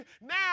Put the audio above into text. Now